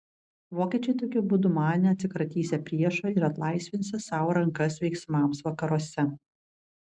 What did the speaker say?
vokiečiai tokiu būdu manė atsikratysią priešo ir atlaisvinsią sau rankas veiksmams vakaruose